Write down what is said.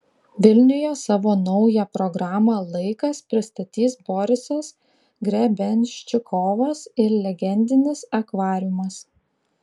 vilniuje savo naują programą laikas pristatys borisas grebenščikovas ir legendinis akvariumas